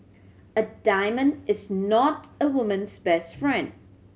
a diamond is not a woman's best friend